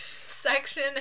section